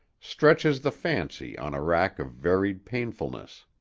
stretches the fancy on a rack of varied painfulness.